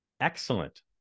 Excellent